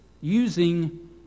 using